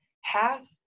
half